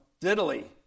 diddly